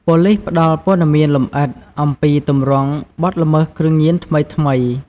ប៉ូលិសផ្ដល់ព័ត៌មានលម្អិត អំពីទម្រង់បទល្មើសគ្រឿងញៀនថ្មីៗ។